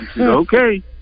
okay